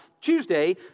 Tuesday